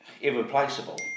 irreplaceable